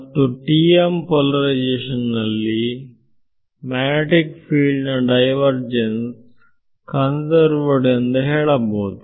ಮತ್ತು TM polarisation ನಲ್ಲಿ magnetic field ನ ಡೈವರ್ ಜೆನ್ಸ್ ಕನ್ಸರ್ವಡ್ ಎಂದು ಹೇಳಬಹುದು